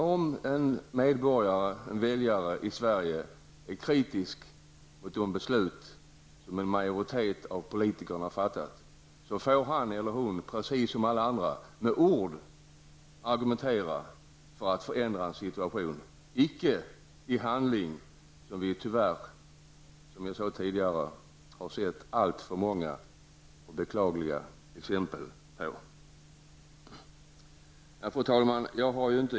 Om en medborgare, en väljare, i Sverige är kritisk mot de beslut som en majoritet av politikerna fattat, får han eller hon precis som alla andra med ord argumentera för att förändra en situation, icke i handling, vilket vi tyvärr, som jag tidigare sade, har sett alltför många beklagliga exempel på. Fru talman!